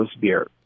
beer